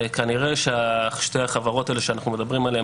כנראה ששתי החברות שאנחנו מדברים עליהן